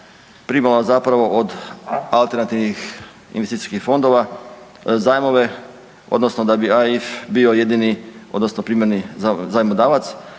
primala od alternativnih investicijskih fondova zajmove odnosno da bi EIF bio jedini odnosno primarni zajmodavac